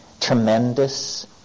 tremendous